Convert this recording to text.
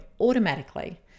automatically